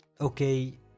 okay